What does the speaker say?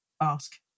Ask